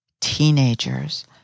teenagers